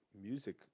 music